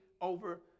over